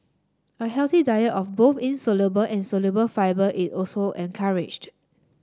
a healthy diet of both insoluble and soluble fibre is also encouraged